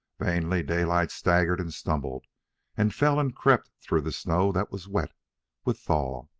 vainly daylight staggered and stumbled and fell and crept through the snow that was wet with thaw,